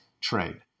trade